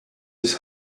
his